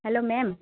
hello ma'am